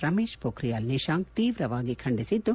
ರಮೇಶ್ ಪೊಖ್ರಿಯಾಲ್ ನಿಶಾಂಕ್ ತೀವ್ರವಾಗಿ ಖಂಡಿಸಿದ್ದು